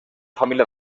família